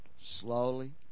Slowly